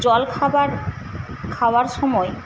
জলখাবার খাওয়ার সময়